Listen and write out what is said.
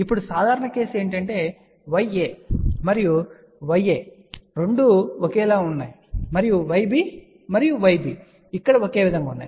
ఇప్పుడు సాధారణ కేసు ఏమిటంటే Ya మరియు Ya 2 ఒకేలా ఉన్నాయి మరియుYb మరియు Ybఇక్కడ ఒకే విధంగా ఉన్నాయి